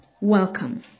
Welcome